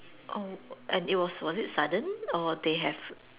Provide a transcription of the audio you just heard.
oh and it was was it sudden or they have